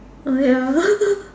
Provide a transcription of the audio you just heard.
oh ya